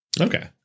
Okay